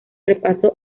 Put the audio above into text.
repaso